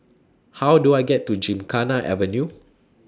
How Do I get to Gymkhana Avenue